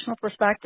perspective